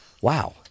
Wow